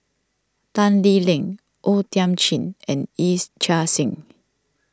Tan Lee Leng O Thiam Chin and Yee's Chia Hsing